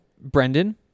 Brendan